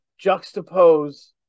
Juxtapose